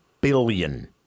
billion